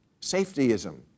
safetyism